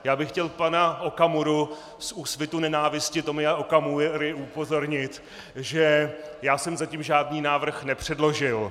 Já bych chtěl pana Okamuru z Úsvitu nenávisti Tomio Okamury upozornit, že já jsem zatím žádný návrh nepředložil.